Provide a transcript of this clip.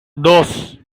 dos